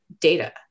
data